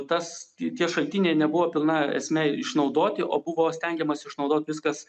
tas tie šaltiniai nebuvo pilna esme išnaudoti o buvo stengiamasi išnaudot viskas